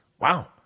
Wow